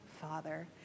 Father